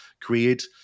create